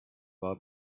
war